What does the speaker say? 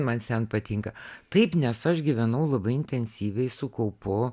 man sent patinka taip nes aš gyvenau labai intensyviai su kaupu